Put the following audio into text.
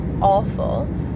awful